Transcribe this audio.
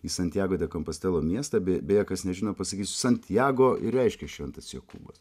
į santjago de kompastelo miestą bei beje kas nežino pasakysiu santjago ir reiškia šventas jokūbas